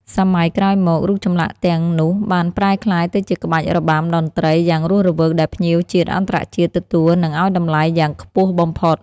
សម័យក្រោយមករូបចម្លាក់ទាំង នោះបានប្រែក្លាយទៅជាក្បាច់របាំតន្ត្រីយ៉ាងរស់រវើកដែលភ្ញៀវជាតិអន្តរជាតិទទួលនិងឱ្យតម្លៃ យ៉ាងខ្ពស់បំផុត។